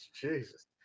Jesus